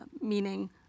meaning